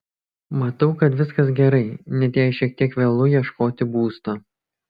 matau kad viskas gerai net jei šiek tiek vėlu ieškoti būsto